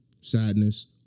sadness